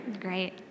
Great